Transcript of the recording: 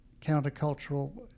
countercultural